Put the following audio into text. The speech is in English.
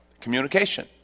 Communication